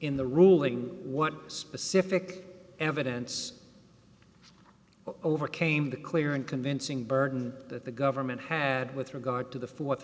in the ruling what specific evidence overcame the clear and convincing burden that the government had with regard to the